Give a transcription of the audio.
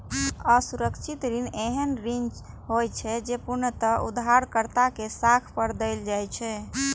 असुरक्षित ऋण एहन ऋण होइ छै, जे पूर्णतः उधारकर्ता के साख पर देल जाइ छै